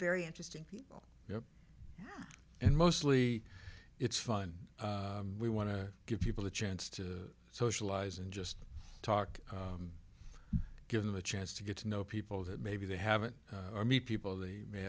very interesting people and mostly it's fun we want to give people a chance to socialize and just talk give them a chance to get to know people that maybe they haven't i meet people they may